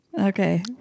Okay